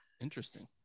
interesting